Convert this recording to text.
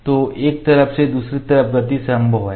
तो एक तरफ से दूसरी तरफ गति संभव है